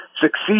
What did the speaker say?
succeed